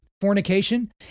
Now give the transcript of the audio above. fornication